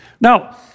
Now